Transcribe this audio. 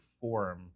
forum